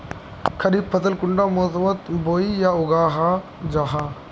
खरीफ फसल कुंडा मोसमोत बोई या उगाहा जाहा?